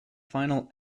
final